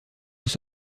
vous